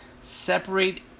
separate